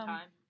time